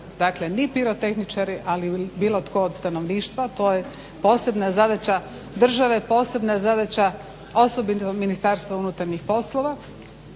dakle ni pirotehničari ali bilo tko od stanovništva. To je posebna zadaća države, posebna zadaća osobito Ministarstva unutarnjih poslova,